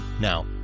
Now